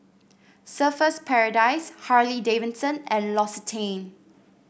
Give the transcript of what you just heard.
Surfer's Paradise Harley Davidson and L'Occitane